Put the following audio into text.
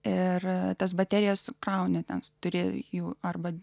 ir tas baterijas krauni ten turi jų arba